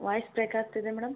voice break ಆಗ್ತಿದೆ madam